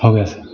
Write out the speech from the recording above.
हो गया सर